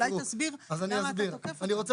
אולי תסביר למה אתה תוקף אותן.